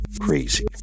crazy